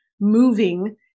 moving